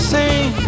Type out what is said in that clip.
Sing